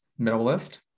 Minimalist